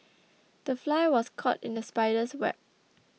the fly was caught in the spider's web